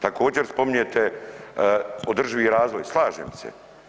Također spominjete održivi razvoj, slažem se.